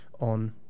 on